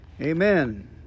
Amen